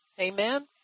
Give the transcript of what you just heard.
Amen